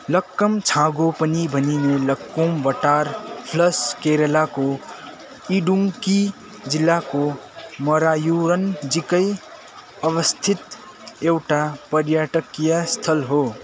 लक्कम छाँगो पनि भनिने लक्कोम वाटर फल्स केरलाको इडुङ्की जिल्लाको मरायुरनजिकै अवस्थित एउटा पर्यटकीय स्थल हो